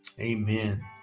Amen